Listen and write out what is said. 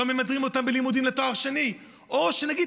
לא מדירים אותם מלימודים לתואר שני,